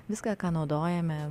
viską ką naudojame